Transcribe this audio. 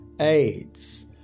AIDS